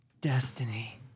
Destiny